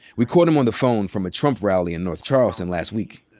we caught him on the phone from a trump rally in north charleston last week.